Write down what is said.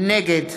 נגד